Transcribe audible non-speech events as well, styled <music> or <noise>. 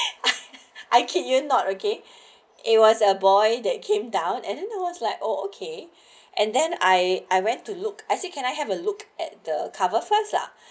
<laughs> I kid you not okay it was a boy that came down and then there was like oh okay and then I I went to look I say can I have a look at the cover first lah